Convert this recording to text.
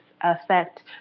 affect